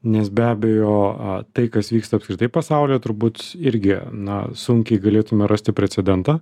nes be abejo tai kas vyksta apskritai pasaulyje turbūt irgi na sunkiai galėtume rasti precedentą